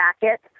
jacket